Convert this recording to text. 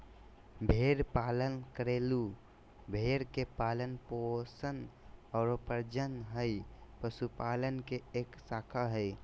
भेड़ पालन घरेलू भेड़ के पालन पोषण आरो प्रजनन हई, पशुपालन के एक शाखा हई